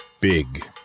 Big